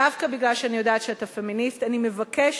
דווקא מפני שאני יודעת שאתה פמיניסט אני מבקשת